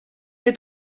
est